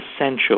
essential